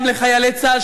גם לחיילי צה"ל,